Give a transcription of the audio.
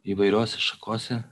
įvairiose šakose